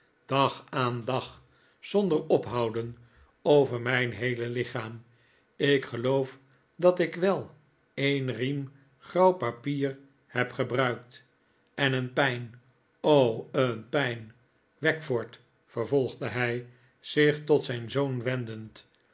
dag aan dag zonder ophouden over mijn heele lichaam ik geloof dat ik wel een riem grauw papier heb gebruikt en een pijn o een pijn wackford vervolgde hij zich tot zijn zoon wendend